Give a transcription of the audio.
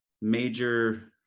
major